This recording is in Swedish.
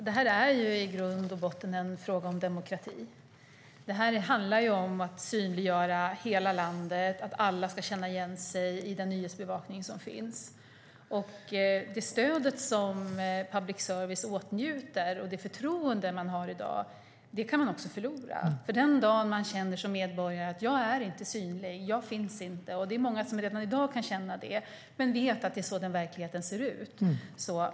Fru talman! Det är i grund och botten en fråga om demokrati. Det handlar om att synliggöra hela landet och att alla ska känna igen sig i den nyhetsbevakning som finns. Det stöd och förtroende som public service åtnjuter kan man förlora den dagen medborgarna känner att de inte är synliga eller finns. Många känner så redan i dag men vet att verkligheten ser ut så.